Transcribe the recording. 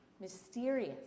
mysterious